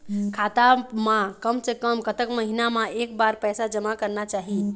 खाता मा कम से कम कतक महीना मा एक बार पैसा जमा करना चाही?